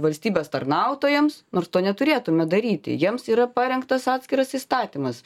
valstybės tarnautojams nors to neturėtume daryti jiems yra parengtas atskiras įstatymas